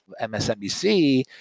MSNBC